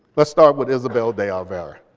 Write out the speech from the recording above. let's start with isabel de olvera.